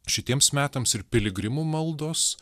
šitiems metams ir piligrimų maldos